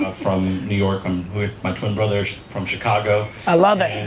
ah from new york. i'm with but twin brothers from chicago. i love it. and